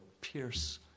pierce